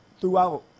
throughout